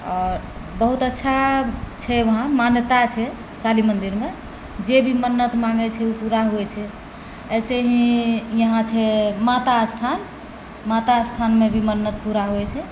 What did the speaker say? आओर बहुत अच्छा छै वहाँ मान्यता छै काली मंदिरमे जे भी मन्नत माँगै छै ओ पूरा होइत छै ऐसे ही यहाँ छै माता स्थान माता स्थानमे भी मन्नत पूरा होइत छै